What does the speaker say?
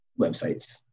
websites